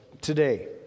today